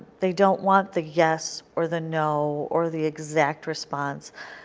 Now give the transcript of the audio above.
they don't want the yes or the no or the exact response.